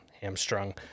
hamstrung